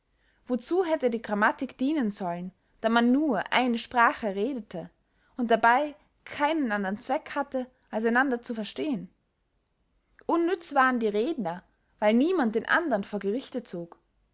wozu hätte die grammatik dienen sollen da man nur eine sprache redte und dabey keinen andern zweck hatte als einander zu verstehen unnütz waren die redner weil niemand den andern vor gerichte zog